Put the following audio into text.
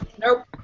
Nope